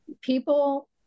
people